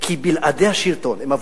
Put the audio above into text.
כי בלעדי השלטון הם אבודים.